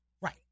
Right